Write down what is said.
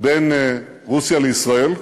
בין רוסיה לישראל,